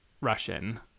Russian